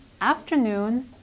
afternoon